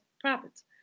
profits